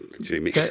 Jamie